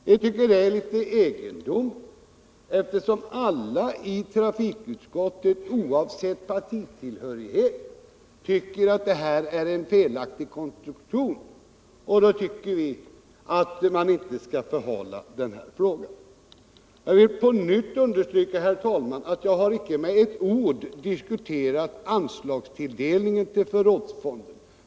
Vi tycker det är litet egendomligt, eftersom alla i trafikutskottet, oavsett partitillhörighet, anser att det är en felaktig konstruktion. Vi tycker således att man inte bör förhala frågan för att få ett samtidigt genomförande över hela fältet. Jag vill på nytt understryka, herr talman, att jag icke har med ett ord diskuterat anslagstilldelningen för förrådsfonden.